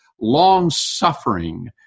long-suffering